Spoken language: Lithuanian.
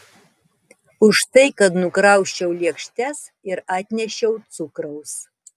už tai kad nukrausčiau lėkštes ir atnešiau cukraus